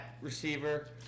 receiver